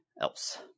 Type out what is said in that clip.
else